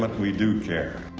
but we do care.